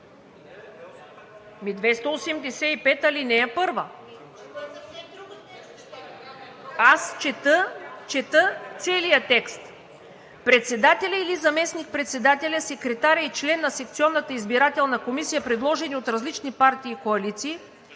Цвета Караянчева.) Аз чета целия текст. „Председателят или заместник-председателят, секретарят и член на секционната избирателна комисия, предложени от различни партии и коалиции,